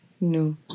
No